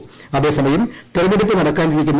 ്യൂഅത്ത്സമയം തെരഞ്ഞെടുപ്പ് നടക്കാനിരിക്കുന്നു